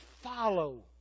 follow